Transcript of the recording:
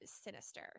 sinister